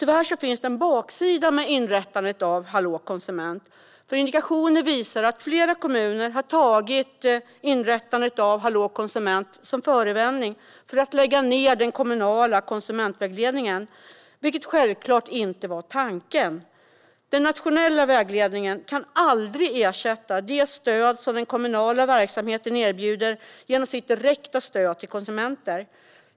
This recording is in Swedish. Tyvärr finns det en baksida med inrättandet av Hallå konsument. Indikationer visar att flera kommuner har tagit inrättandet av Hallå konsument som förevändning för att lägga ned den kommunala konsumentvägledningen, vilket självklart inte var tanken. Den nationella vägledningen kan aldrig ersätta det stöd som den kommunala verksamheten erbjuder genom sitt direkta stöd till konsumenter.